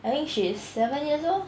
I think she is seven years old